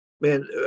man